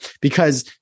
because-